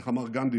איך אמר גנדי?